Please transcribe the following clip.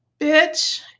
Bitch